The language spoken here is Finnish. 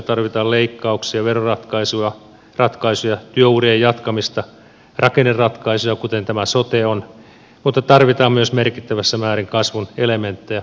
tarvitaan leikkauksia veroratkaisuja työurien jatkamista rakenneratkaisuja kuten tämä sote on mutta tarvitaan myös merkittävässä määrin kasvun elementtejä